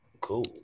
Cool